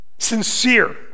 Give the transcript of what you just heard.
sincere